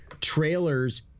trailers